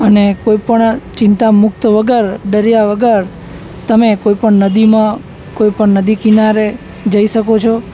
અને કોઈ પણ ચિંતામુક્ત વગર ડર્યા વગર તમે કોઈ પણ નદીમાં કોઈ પણ નદી કિનારે જઈ શકો છો